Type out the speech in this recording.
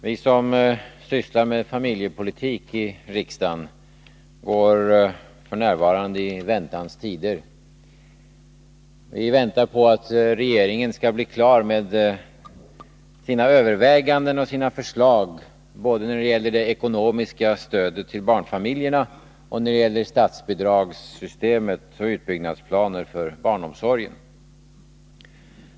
Herr talman! Vi som sysslat med familjepolitik i riksdagen går f. n. i väntans tider. Vi väntar på att regeringen skall bli klar med sina överväganden och sina förslag både när det gäller det ekonomiska stödet till barnfamiljerna och när det gäller statsbidragssystemet och utbyggnadsplaner för barnomsorgen.